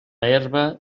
herba